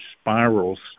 spirals